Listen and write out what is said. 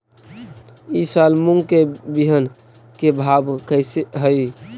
ई साल मूंग के बिहन के भाव कैसे हई?